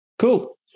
Cool